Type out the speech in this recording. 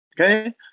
okay